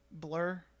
blur